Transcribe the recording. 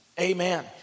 Amen